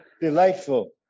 Delightful